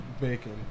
bacon